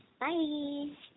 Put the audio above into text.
bye